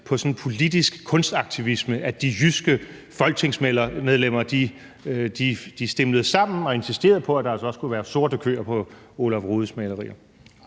på sådan politisk kunstaktivisme, altså at de jyske folketingsmedlemmer stimlede sammen og insisterede på, at der altså også skulle være sorte køer på Olaf Rudes malerier.